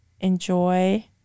Enjoy